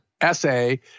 essay